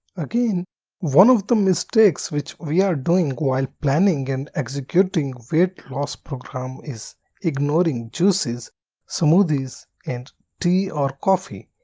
again one of the mistakes which we are doing while planning and executing weight loss program is ignoring juices smoothies and tea or coffee.